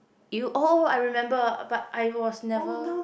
you all I remember but I was never